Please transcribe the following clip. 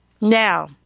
Now